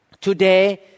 Today